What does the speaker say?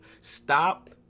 stop